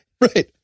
Right